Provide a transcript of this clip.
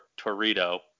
Torito